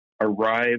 arrive